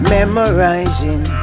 Memorizing